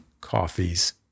coffees